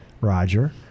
Roger